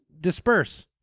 disperse